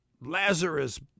Lazarus